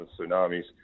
tsunami's